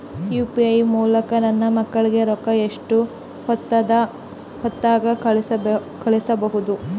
UPI ಮೂಲಕ ನನ್ನ ಮಕ್ಕಳಿಗ ರೊಕ್ಕ ಎಷ್ಟ ಹೊತ್ತದಾಗ ಕಳಸಬಹುದು?